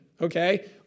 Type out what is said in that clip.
okay